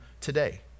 today